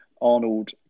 Arnold